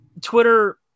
Twitter